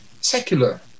secular